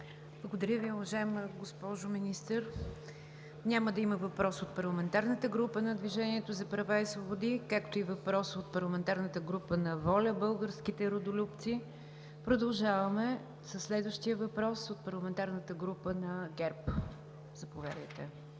Благодаря Ви, уважаема госпожо Министър. Няма да има въпрос от парламентарната група на „Движението за права и свободи“, както и въпрос от парламентарната група на „ВОЛЯ – Българските Родолюбци“. Продължаваме със следващия въпрос от парламентарната група на ГЕРБ. Заповядайте,